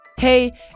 Hey